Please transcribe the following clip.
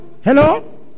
hello